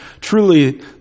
truly